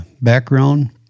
background